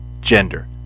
gender